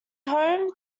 home